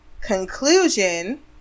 conclusion